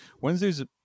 Wednesday's